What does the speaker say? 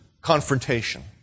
confrontation